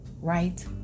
right